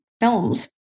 films